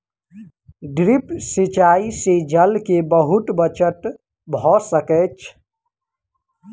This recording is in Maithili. ड्रिप सिचाई से जल के बहुत बचत भ सकै छै